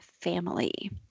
family